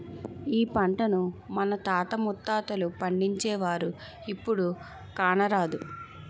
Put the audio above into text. ఈ పంటను మన తాత ముత్తాతలు పండించేవారు, ఇప్పుడు కానరాదు